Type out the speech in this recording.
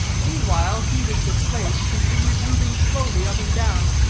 meanwhile, he with the slate continued moving slowly up and down,